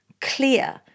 clear